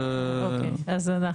אוקיי אז אתה